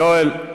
יואל.